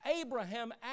Abraham